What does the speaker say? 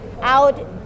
out